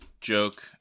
joke